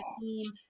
team